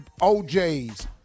OJs